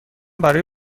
برای